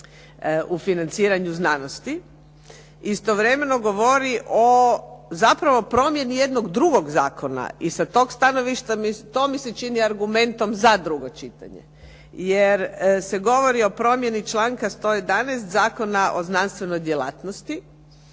u financiranju znanosti. Istovremeno govori o, zapravo promjeni jednog drugog zakona i sa tog stanovišta to mi se čini argumentom za drugo čitanje jer se govori o promjeni članka 111. Zakona o znanstvenoj djelatnosti.